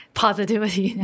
positivity